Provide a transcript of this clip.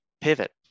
pivot